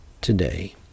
today